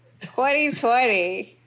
2020